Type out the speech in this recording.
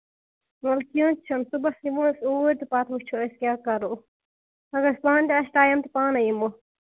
وَلہٕ کیٚنہہ چھُنہٕ صبُحس یِمو أسۍ اوٗرۍ تہٕ پَتہٕ وٕچھو أسۍ کیاہ کَرو اَگر اَسہِ پانہٕ آسہِ ٹایم تہٕ پانَے یِمو